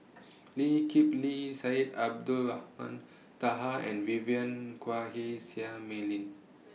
Lee Kip Lee Syed Abdulrahman Taha and Vivien Quahe Seah Mei Lin